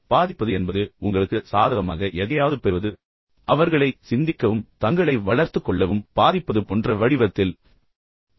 எனவே பாதிப்பது என்பது உங்களுக்கு சாதகமாக எதையாவது பெறுவது அல்லது அவர்களை சிந்திக்கவும் பின்னர் தங்களை வளர்த்துக் கொள்ளவும் பாதிப்பது போன்ற வடிவத்தில் இருக்கலாம்